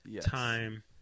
time